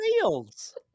fields